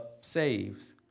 saves